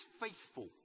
faithful